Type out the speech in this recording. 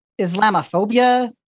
Islamophobia